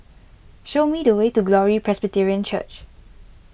show me the way to Glory Presbyterian Church